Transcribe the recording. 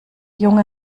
junge